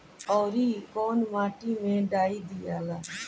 औवरी कौन माटी मे डाई दियाला?